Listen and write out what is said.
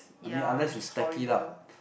ya which is horrible